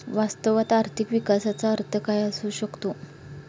वास्तवात आर्थिक विकासाचा अर्थ काय असू शकतो?